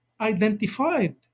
identified